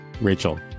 Rachel